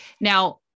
Now